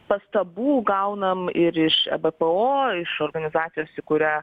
pastabų gaunam ir iš ebpo iš organizacijos į kurią